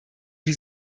wie